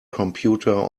computer